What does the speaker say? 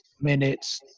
minutes